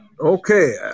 Okay